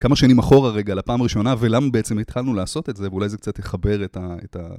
כמה שנים אחורה רגע לפעם הראשונה ולמה בעצם התחלנו לעשות את זה ואולי זה קצת יחבר את ה...